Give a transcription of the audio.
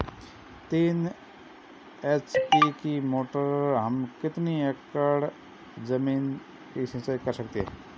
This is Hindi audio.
तीन एच.पी की मोटर से हम कितनी एकड़ ज़मीन की सिंचाई कर सकते हैं?